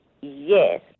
Yes